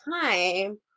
time